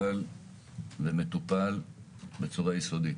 כביש 55 טופל ומטופל בצורה יסודית.